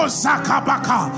zakabaka